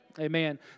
Amen